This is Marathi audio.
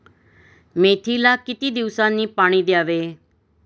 मेथीला किती दिवसांनी पाणी द्यावे?